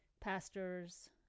pastors